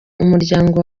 umuryango